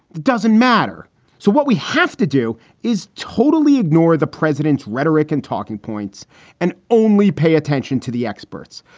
it doesn't matter so what we have to do is totally ignore the president's rhetoric and talking points and only pay attention to the experts.